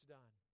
done